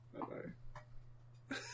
Bye-bye